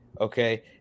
okay